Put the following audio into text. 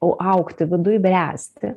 augti viduj bręsti